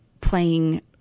playing –